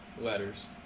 letters